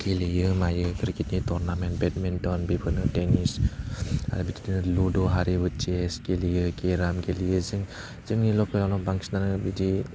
गेलेयो मायो क्रिकेटनि टरनामेन्ट बेदमिन्टन बेफोरनो टेनिस आर बिदिनो लुदुआरि चेस गेलेयो केराम गेलेयो जों जोंनि लकेलावनो बांसिनानो बिदि